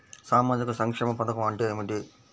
సామాజిక సంక్షేమ పథకం అంటే ఏమిటి?